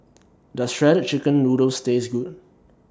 Does Shredded Chicken Noodles Taste Good